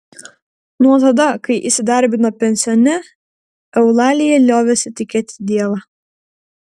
nuo tada kai įsidarbino pensione eulalija liovėsi tikėti dievą